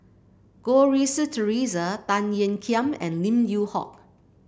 Goh Rui Si Theresa Tan Ean Kiam and Lim Yew Hock